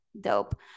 Dope